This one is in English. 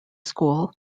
school